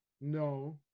No